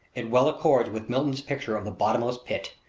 it well accords with milton's picture of the bottomless pit.